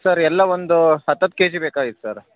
sir ಎಲ್ಲ ಒಂದು ಹತ್ತು ಹತ್ತು ಕೆಜಿ ಬೇಕಾಗಿತ್ತು ಸರ್